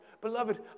beloved